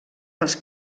dels